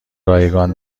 رایگان